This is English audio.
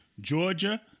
Georgia